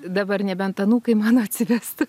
dabar nebent anūkai mano atsivestų